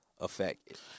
effect